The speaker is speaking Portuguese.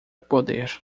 poder